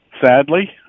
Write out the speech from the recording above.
Sadly